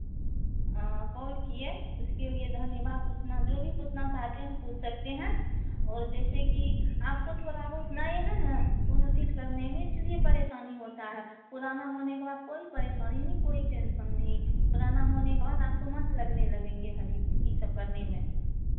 call किए उसके लिए धन्यवाद पूछना जो भी पूछना चाहते हैं पूछ सकते हैं और जैसे कि आपको थोड़ा बहुत नए हैं ना कौनो चीज करने में इसलिए परेशानी होता है पुराना होने के बाद कोई परेशानी नहीं कोई टेन्सन नहीं पुराना होने के बाद आपको मन लगने लगेंगे हर एक चीज ये सब करने में